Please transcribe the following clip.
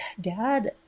dad